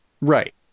Right